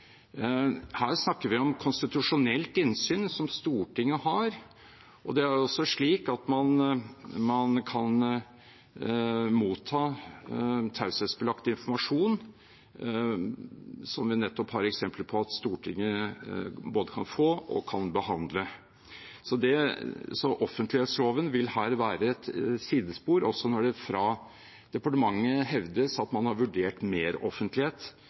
Her snakker vi om konstitusjonelt innsyn som Stortinget har, og det er også slik at man kan motta taushetsbelagt informasjon, som vi nettopp har eksempler på at Stortinget både kan få og kan behandle. Offentlighetsloven vil her være et sidespor, også når det fra departementet hevdes at man har vurdert